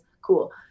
cool